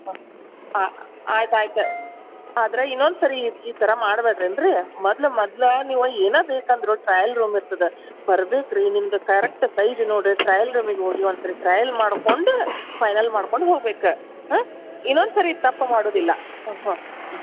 ಹಾಂ ಹಾಂ ಆಯ್ತು ಆಯ್ತು ಆದ್ರೆ ಇನ್ನೊಂದು ಸಾರಿ ಈ ಈ ಥರ ಮಾಡ್ಬೇಡ್ರಿ ಏನ್ರೀ ಮೊದ್ಲ್ ಮೊದ್ಲಾ ನೀವು ಏನೇ ಬೇಕಂದ್ರೂ ಟ್ರಯಲ್ ರೂಮ್ ಇರ್ತದೆ ಬರ್ಬೇಕು ರೀ ನಿಮ್ದು ಕರೆಕ್ಟ ಸೈಜ್ ನೋಡಿರಿ ಟ್ರಯಲ್ ರೂಮಿಗೆ ಹೋಗಿ ಒಂದು ಸಾರಿ ಟ್ರಯಲ್ ಮಾಡ್ಕೊಂಡು ಫೈನಲ್ ಮಾಡ್ಕೊಂಡು ಹೋಬೇಕು ಹಾಂ ಇನ್ನೊಂದು ಸಾರಿ ಈ ತಪ್ಪು ಮಾಡೋದಿಲ್ಲ ಹ್ಞೂ ಹ್ಞೂ ಹಾಂ